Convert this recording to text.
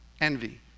envy